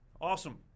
awesome